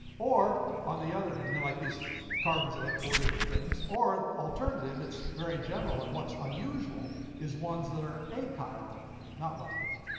or, on the other hand, yeah like these carbons that have four different things. or the alternative, it's very general, and what's unusual is ones that are achiral, not like hands.